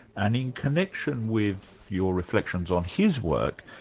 and in connection with your reflections on his work,